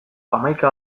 hamaika